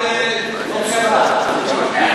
זה לא בשורה.